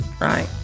right